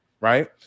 right